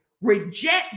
reject